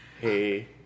Hey